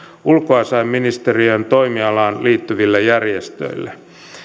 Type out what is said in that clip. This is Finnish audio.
ulkoasiainministeriön toimialaan liittyville järjestöille